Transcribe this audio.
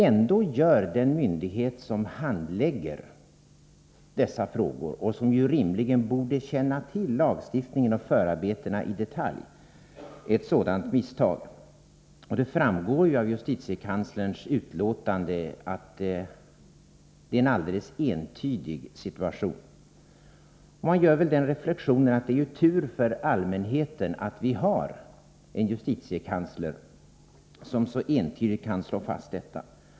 Ändå gör den myndighet som handlägger dessa frågor, och som rimligen borde känna till lagstiftningen och förarbetena i detalj, ett sådant misstag. Det framgår ju av justitiekanslerns utlåtande att det är en alldeles entydig situation. Man gör väl den reflexionen att det ju är tur för allmänheten att vi har en justitiekansler som så entydigt kan slå fast detta.